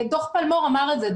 דוח פלמור אמר את זה.